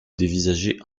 dévisageaient